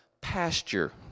pasture